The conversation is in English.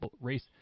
race